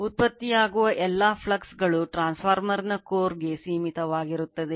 ಉತ್ಪತ್ತಿಯಾಗುವ ಎಲ್ಲಾ ಫ್ಲಕ್ಸ್ ಗಳು ಟ್ರಾನ್ಸ್ಫಾರ್ಮರ್ನ core ಗೆ ಸೀಮಿತವಾಗಿರುತ್ತದೆ